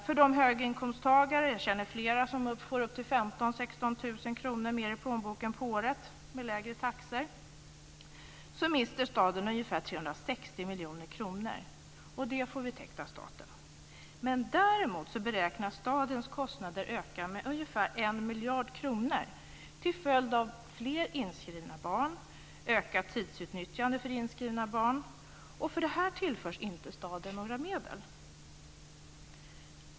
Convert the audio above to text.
För de höginkomsttagare - jag känner flera som får upp till 15 000-16 000 kr mer i plånboken om året - som får lägre taxor mister staden ungefär 360 miljoner kronor, och det får vi täckt av staten. Däremot beräknas stadens kostnader öka med ungefär 1 miljard kronor till följd av fler inskrivna barn och ett ökat tidsutnyttjande för inskrivna barn. Och för det här tillförs inte staden några medel.